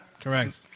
Correct